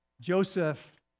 Joseph